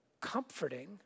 comforting